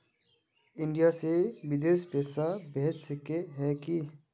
India से बिदेश पैसा भेज सके है की?